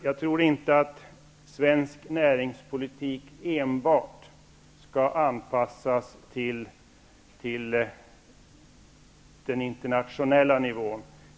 Jag tror inte att svensk näringspolitik enbart skall anpassas till den internationella nivån.